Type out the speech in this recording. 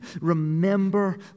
Remember